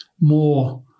more –